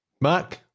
Mark